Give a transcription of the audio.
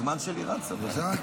הזמן שלי רץ, אדוני.